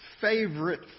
favorite